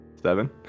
Seven